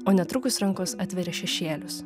o netrukus rankos atveria šešėlius